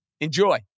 enjoy